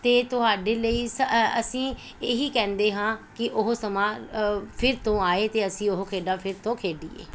ਅਤੇ ਤੁਹਾਡੇ ਲਈ ਸ ਅਸੀਂ ਇਹੀ ਕਹਿੰਦੇ ਹਾਂ ਕਿ ਉਹ ਸਮਾਂ ਫਿਰ ਤੋਂ ਆਏ ਅਤੇ ਅਸੀਂ ਉਹ ਖੇਡਾਂ ਫਿਰ ਤੋਂ ਖੇਡੀਏ